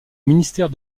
ministère